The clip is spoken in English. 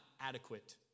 adequate